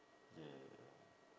yeah